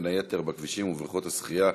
בין היתר בכבישים ובבריכות השחייה,